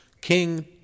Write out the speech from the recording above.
King